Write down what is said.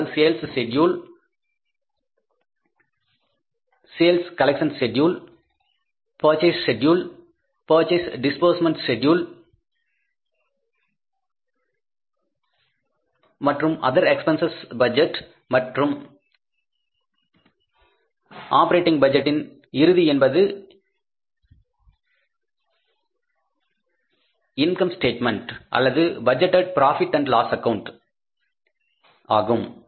அதாவது sales schedule sales collection schedule purchase schedule purchase disbursement schedule மற்றும் other expenses budget மற்றும் operating பட்ஜெட்டின் இறுதி என்பது இன்கம் ஸ்டேட்மென்ட் அல்லது budgeted profit and loss account ஆகும்